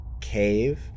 cave